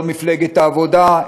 לא מפלגת העבודה,